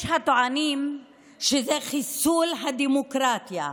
יש הטוענים שזה חיסול הדמוקרטיה.